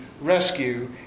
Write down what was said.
rescue